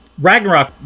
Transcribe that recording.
Ragnarok